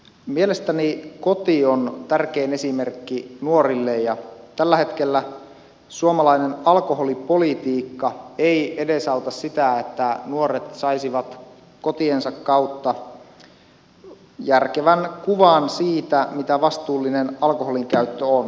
mielestäni koti on tärkein esimerkki nuorille ja tällä hetkellä suomalainen alkoholipolitiikka ei edesauta sitä että nuoret saisivat kotiensa kautta järkevän kuvan siitä mitä vastuullinen alkoholinkäyttö on